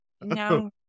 No